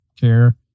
care